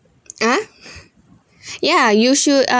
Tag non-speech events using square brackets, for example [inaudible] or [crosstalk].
ah [breath] ya you should uh